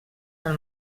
del